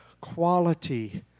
quality